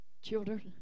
Children